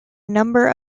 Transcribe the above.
number